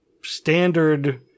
standard